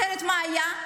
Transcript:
אחרת מה היה,